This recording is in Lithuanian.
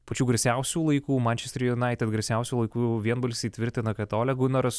pačių garsiausių laikų mančesterio united garsiausių laikų vienbalsiai tvirtina kad olia gunaras